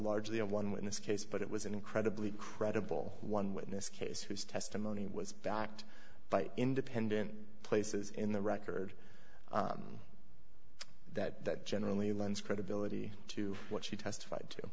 largely a one when this case but it was an incredibly credible one witness case whose testimony was backed by independent places in the record that that generally lends credibility to what she testified to